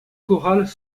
chorales